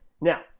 Now